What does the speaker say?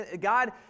God